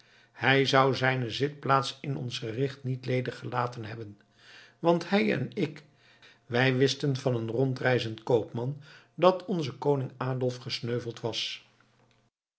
hij zou zijne zitplaats in ons gericht niet ledig gelaten hebben want hij en ik wij wisten van een rondreizend koopman dat onze koning adolf gesneuveld was